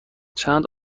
چند